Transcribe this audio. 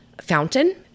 fountain